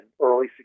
early